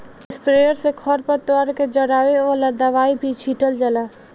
sprayer से खर पतवार के जरावे वाला दवाई भी छीटल जाला